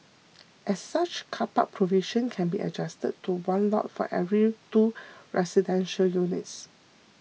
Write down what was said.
as such car park provision can be adjusted to one lot for every two residential units